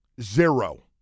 zero